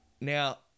Now